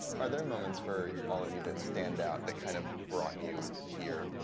are there moments for all of you that stand out that kind of brought you here?